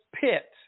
pit